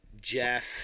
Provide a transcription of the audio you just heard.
Jeff